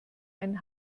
einen